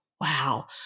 Wow